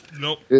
Nope